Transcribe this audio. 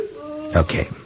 Okay